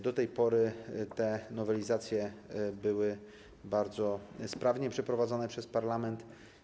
Do tej pory te nowelizacje były bardzo sprawnie przeprowadzane przez parlament.